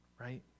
right